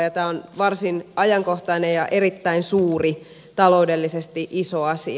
tämä on varsin ajankohtainen ja erittäin suuri taloudellisesti iso asia